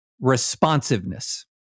Responsiveness